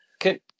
okay